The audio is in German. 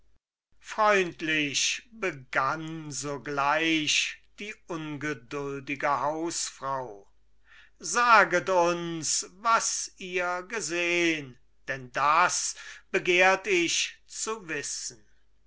freundlich begann sogleich die ungeduldige hausfrau saget uns was ihr gesehn denn das begehrt ich zu wissen